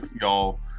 Y'all